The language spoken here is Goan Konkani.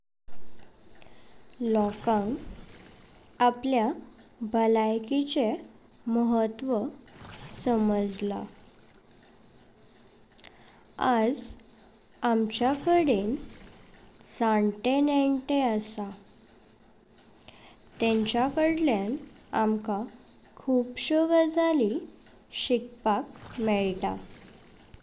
लोकांक आपल्या बलायाचीचे महत्वाचे समझला, आज आमचाकडेन जाणते नेन्ते असा तेंच कडल्यांनी आमका खुबशो गजाली शिकपाक मेळता.